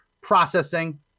processing